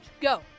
Go